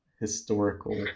historical